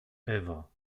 ewa